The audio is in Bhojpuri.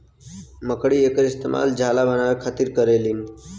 मकड़ी एकर इस्तेमाल जाला बनाए के खातिर करेलीन